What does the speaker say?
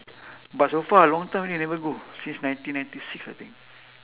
but so far a long time already I never go since nineteen ninety six I think